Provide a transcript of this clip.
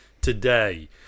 today